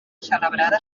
celebrada